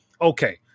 Okay